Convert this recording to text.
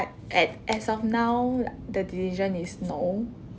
a~ at as of now lah the decision is no